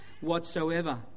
whatsoever